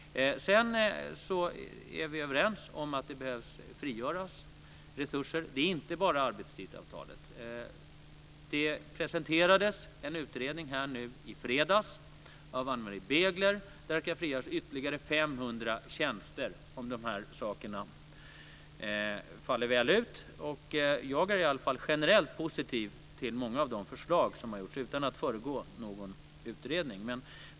Sedan är vi överens om att det behöver frigöras resurser. Det är inte bara fråga om arbetstidsavtalet. Det presenterades en utredning nu i fredags av Ann Marie Begler där det talas om ytterligare 500 tjänster om de här sakerna faller väl ut. Jag är i alla fall generellt positiv till många av de förslag som har lagts fram utan att vilja föregå någon utredning.